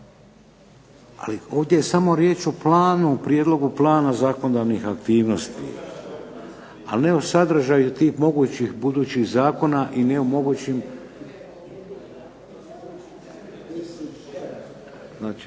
ali ovdje je samo riječ o planu, o prijedlogu plana zakonodavnih aktivnosti, a ne o sadržaju tih mogućih budućih zakona i ne o mogućim …